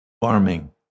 farming